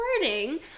recording